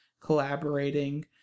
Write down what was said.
collaborating